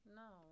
no